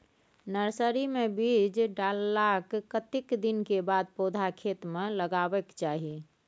Nursery मे बीज डाललाक कतेक दिन के बाद पौधा खेत मे लगाबैक चाही?